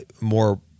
more